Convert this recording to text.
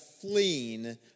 fleeing